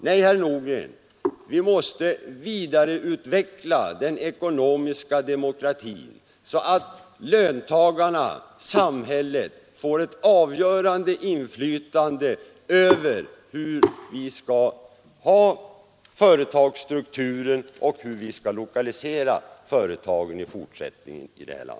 Nej, herr Nordgren, vi måste vidareutveckla den ekonomiska demokratin så att löntagarna och samhället får ett avgörande inflytande över företagen och deras etableringar.